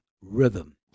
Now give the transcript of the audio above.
rhythm